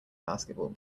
basketball